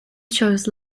chose